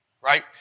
right